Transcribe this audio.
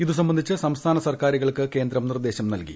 ഇതു സംബന്ധിച്ച് സംസ്ഥാന സർക്കാരുകൾക്ക് കേന്ദ്രം നിർദ്ദേശം നൽകി